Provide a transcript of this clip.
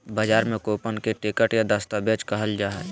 बजार में कूपन के टिकट या दस्तावेज कहल जा हइ